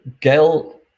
Gail